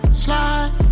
slide